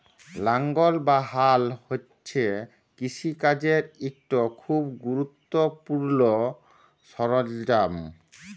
লাঙ্গল বা হাল হছে কিষিকাজের ইকট খুব গুরুত্তপুর্ল সরল্জাম